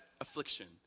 affliction